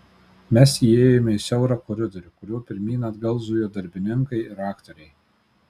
mes įėjome į siaurą koridorių kuriuo pirmyn atgal zujo darbininkai ir aktoriai